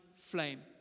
flame